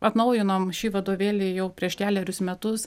atnaujinom šį vadovėlį jau prieš kelerius metus